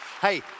Hey